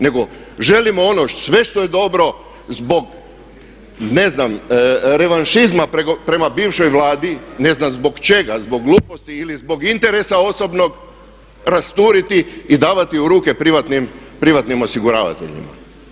Nego želimo ono sve što je dobro zbog ne znam revanšizma prema bivšoj Vladi, ne znam zbog čega, zbog gluposti ili zbog interesa osobnog rasturiti i davati u ruke privatnim osiguravateljima.